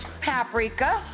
paprika